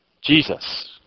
Jesus